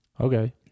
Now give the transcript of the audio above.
okay